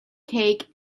cake